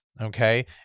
okay